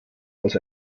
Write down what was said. als